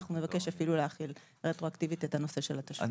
אנחנו נבקש אפילו להחיל רטרואקטיבית את הנושא של התשלום.